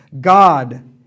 God